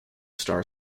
star